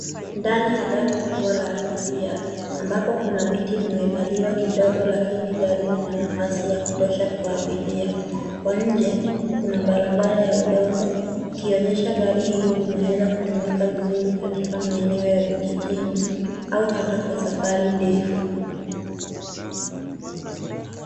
Ndani ya gari kubwa la abiria ambapo kuna viti vimevaliwa kidogo lakini gari lina nafasi ya kutosha kwa abiria, kwa nje kuna barabara ya udongo ikionyesha gari hili linaweza kutumika vizuri katika maeneo ya vijijini au hata kwa safari ndefu.